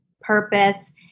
purpose